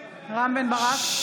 רם בן ברק,